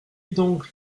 donc